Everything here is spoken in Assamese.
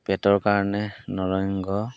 পেটৰ কাৰণে নৰসিংহ